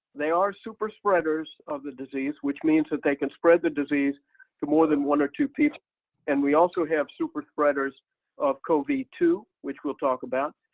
they are super spreaders of the disease, which means that they can spread the disease to more than one or two people and we also have super spreaders of cov two, which we'll talk about.